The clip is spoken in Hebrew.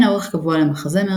אין אורך קבוע למחזמר,